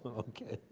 okay.